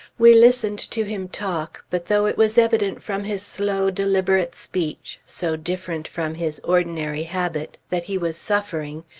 we listened to him talk, but though it was evident from his slow, deliberate speech, so different from his ordinary habit, that he was suffering,